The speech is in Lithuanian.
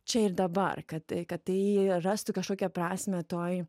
čia ir dabar kad kad tai rastų kažkokią prasmę toj